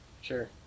Sure